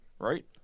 Right